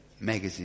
magazine